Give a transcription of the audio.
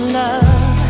love